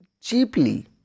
cheaply